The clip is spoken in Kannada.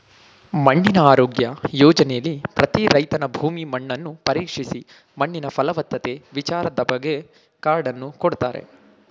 ಮಣ್ಣಿನ ಆರೋಗ್ಯ ಯೋಜನೆಲಿ ಪ್ರತಿ ರೈತನ ಭೂಮಿ ಮಣ್ಣನ್ನು ಪರೀಕ್ಷಿಸಿ ಮಣ್ಣಿನ ಫಲವತ್ತತೆ ವಿಚಾರದ್ಬಗ್ಗೆ ಕಾರ್ಡನ್ನು ಕೊಡ್ತಾರೆ